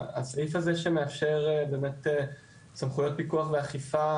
הסעיף הזה שמאפשר באמת סמכויות פיקוח ואכיפה,